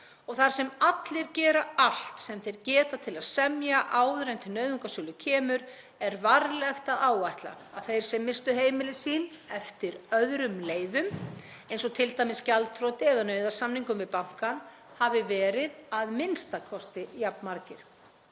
um. Þar sem allir gera allt sem þeir geta til að semja áður en til nauðungarsölu kemur er varlegt að áætla að þeir sem misstu heimili sín eftir öðrum leiðum, eins og t.d. eftir gjaldþrot eða nauðasamninga við bankann, hafi a.m.k. verið jafnmargir.